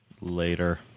Later